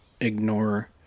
ignore